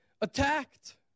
attacked